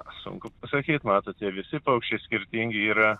sunku pasakyt matote visi paukščiai skirtingi yra